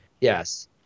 Yes